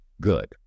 good